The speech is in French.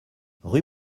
rue